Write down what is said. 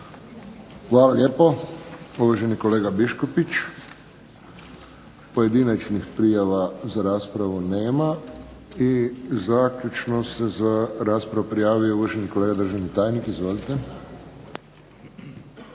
Hvala lijepo uvaženi kolega Biškupić. Pojedinačnih prijava za raspravu nema. I zaključno se za raspravu prijavio uvaženi kolega državni tajnik. Izvolite.